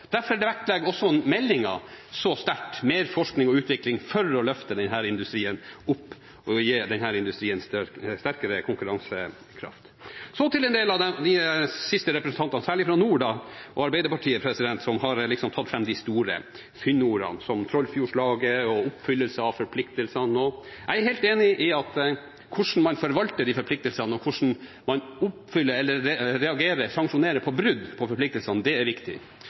Derfor vektlegger meldingen så sterkt mer forskning og utvikling for å løfte denne industrien og gi den sterkere konkurransekraft. Så til en del av de siste representantene, særlig fra nord og Arbeiderpartiet, som har tatt fram de store fyndordene, som Trollfjordslaget og oppfyllelse av forpliktelsene. Jeg er helt enig i at hvordan man forvalter de forpliktelsene, og hvordan man reagerer på eller sanksjonerer brudd på forpliktelsene, er viktig.